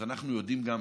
אז אנחנו יודעים גם,